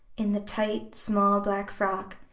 in the tight, small black frock,